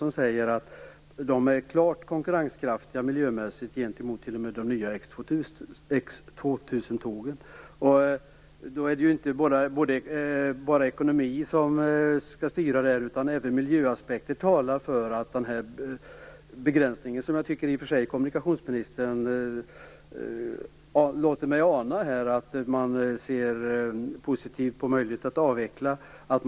Där sägs att bussarna är klart konkurrenskraftiga miljömässigt, t.o.m. gentemot de nya X 2000-tågen. Då är det inte bara ekonomin som skall styra. Även miljöaspekter talar för att denna begränsning skall avvecklas. Kommunikationsministern låter mig ana att man ser positivt på möjligheten att avveckla begränsningen.